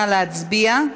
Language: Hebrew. נא להצביע.